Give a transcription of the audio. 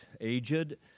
aged